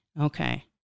Okay